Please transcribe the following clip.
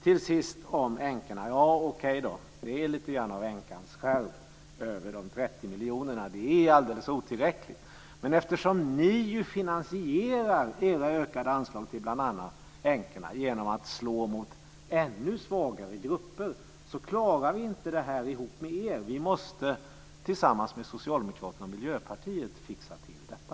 Till sist kan jag säga om änkorna: Okej, det är lite grann av änkans skärv över de 30 miljonerna. Det är helt otillräckligt. Men eftersom ni finansierar era ökade anslag till bl.a. änkorna genom att slå mot ännu svagare grupper klarar vi inte det här ihop med er, utan vi måste tillsammans med Socialdemokraterna och Miljöpartiet fixa till detta.